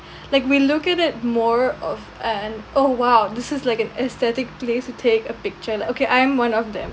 like we look at it more of an oh !wow! this is like an aesthetic place to take a picture and like okay I am one of them